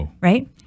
right